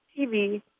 TV